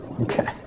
Okay